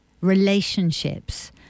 relationships